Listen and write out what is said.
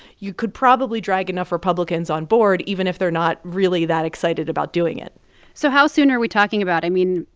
you could probably drag enough republicans on board, even if they're not really that excited about doing it so how soon are we talking about? i mean,